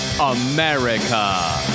America